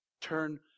Turn